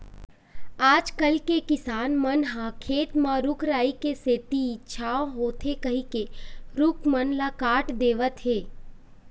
आजकल के किसान मन ह खेत म रूख राई के सेती छांव होथे कहिके रूख मन ल काट देवत हें